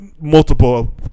multiple